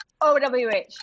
OWH